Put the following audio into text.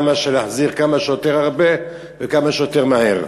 להחזיר כמה שיותר הרבה וכמה שיותר מהר,